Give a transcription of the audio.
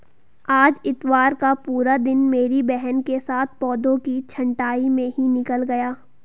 आज इतवार का पूरा दिन मेरी बहन के साथ पौधों की छंटाई में ही निकल गया